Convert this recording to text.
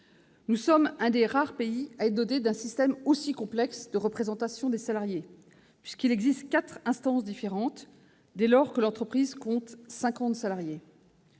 Nous sommes l'un des rares pays à être dotés d'un système aussi complexe de représentation des salariés, puisqu'il existe quatre instances différentes dès lors que l'entreprise compte cinquante salariés.